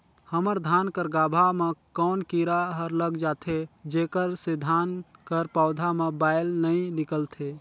हमर धान कर गाभा म कौन कीरा हर लग जाथे जेकर से धान कर पौधा म बाएल नइ निकलथे?